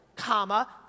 comma